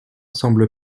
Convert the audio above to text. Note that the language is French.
semble